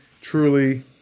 truly